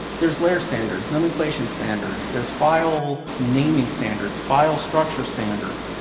there's layer standards. nomenclature and standards. there's file naming standards. file structure standards.